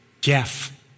Jeff